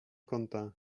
kąta